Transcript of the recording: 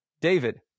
david